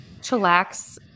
chillax